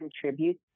contribute